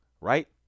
right